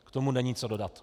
K tomu není co dodat.